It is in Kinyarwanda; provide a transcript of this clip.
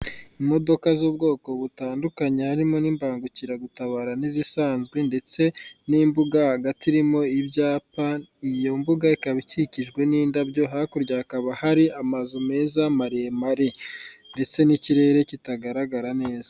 Imodoka z'ubwoko butandukanye harimo n'imbangukiragutabara n'izisanzwe ndetse n'imbuga hagati irimo ibyapa, iyo mbuga ikaba ikikijwe n'indabyo, hakurya hakaba hari amazu meza maremare ndetse n'ikirere kitagaragara neza.